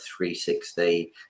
360